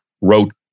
wrote